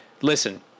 listen